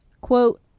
quote